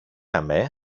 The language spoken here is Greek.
αμέ